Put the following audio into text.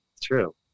True